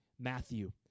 Matthew